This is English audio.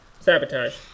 Sabotage